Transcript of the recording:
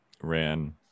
ran